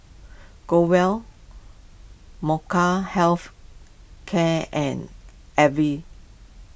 Growell Health Care and Avene